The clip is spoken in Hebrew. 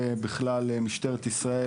ובכלל משטרת ישראל,